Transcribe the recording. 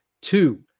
Two